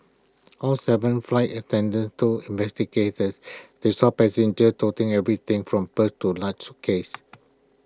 all Seven flight attendants told investigators they saw passengers toting everything from purses to large suitcases